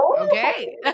Okay